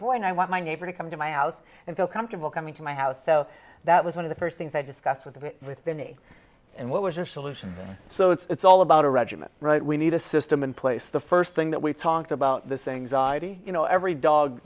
boy and i want my neighbor to come to my house and feel comfortable coming to my house so that was one of the first things i discussed with the knee and what was the solution so it's all about a regimen right we need a system in place the first thing that we talked about this anxiety you know every dog